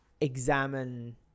examine